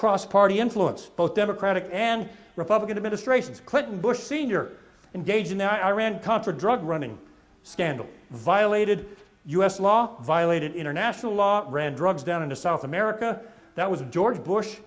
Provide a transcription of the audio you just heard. crossed party influence both democratic and republican administrations clinton bush sr engaged in the iran contra drug running scandal violated u s law violated international law ran drugs down into south america that was george bush